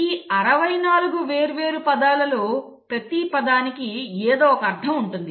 ఈ 64 వేర్వేరు పదాలలో ప్రతి పదానికి ఏదో ఒక అర్థం ఉంటుంది